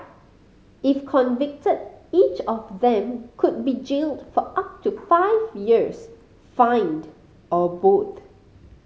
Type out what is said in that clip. if convicted each of them could be jailed for up to five years fined or both